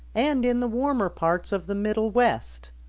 and in the warmer parts of the middle west.